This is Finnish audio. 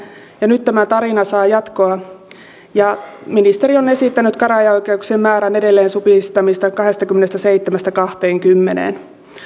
ja nyt tämä tarina saa jatkoa kun ministeri on esittänyt käräjäoikeuksien määrän supistamista edelleen kahdestakymmenestäseitsemästä kahteenkymmeneen